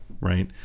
right